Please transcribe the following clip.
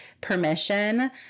permission